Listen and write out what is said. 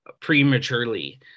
prematurely